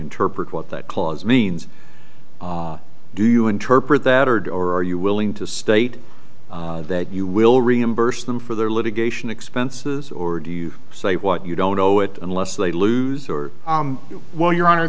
interpret what that clause means do you interpret that or door are you willing to state that you will reimburse them for their litigation expenses or do you say what you don't know it unless they lose or while your honor ther